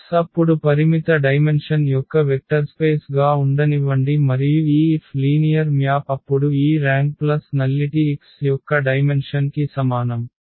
X అప్పుడు పరిమిత dimension యొక్క వెక్టర్స్పేస్ గా ఉండనివ్వండి మరియు ఈ F లీనియర్ మ్యాప్ అప్పుడు ఈ ర్యాంక్ ప్లస్ నల్లిటి X యొక్క డైమెన్షన్ కి సమానం